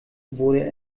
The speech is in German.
wurde